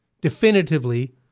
definitively